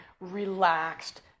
relaxed